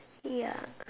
ya